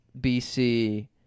BC